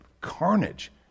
carnage